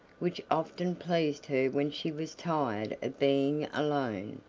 which often pleased her when she was tired of being alone.